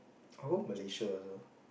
I'll go Malaysia also